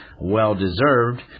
well-deserved